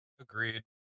Agreed